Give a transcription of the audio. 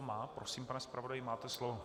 Má. Prosím, pane zpravodaji, máte slovo.